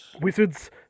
Wizards